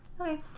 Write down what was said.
Okay